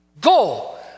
Go